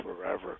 forever